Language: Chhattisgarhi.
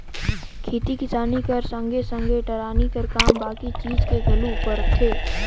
खेती किसानी कर संघे सघे टराली कर काम बाकी चीज मे घलो परथे